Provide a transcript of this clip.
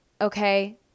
okay